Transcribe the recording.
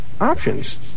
options